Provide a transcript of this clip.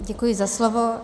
Děkuji za slovo.